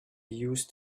used